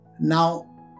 Now